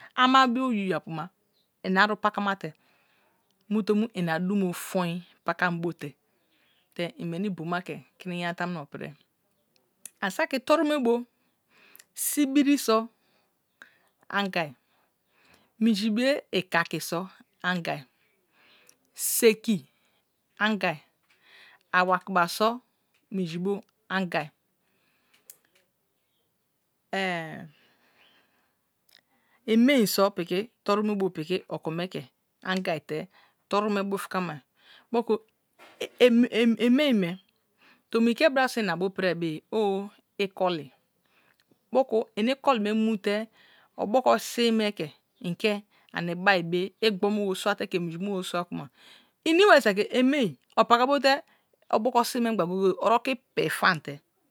Ama bio oyapu ma ina aru paka mate mute mu ina drumo forn pakambo te ite oneni bom ke beni ya lamuro piorie an saki toru me bo sibiri so angai manji be ikaki so̱ angai seki so angai a wakiba so mingi bu angai emein so pitein torn me bo piki oko me ke angari toru bufkamai. Moku emein me tomi ke bra sua mabu prie be ye owu skola, moku ni boli me mu te oboko sime ke inke and bari be igbo me bo sua te ke minji me bo sua kuma mibai saki emein opata bo te oboko si meba goye goye orokri pei fante.